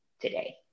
today